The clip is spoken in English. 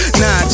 nah